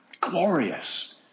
glorious